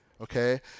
okay